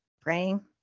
praying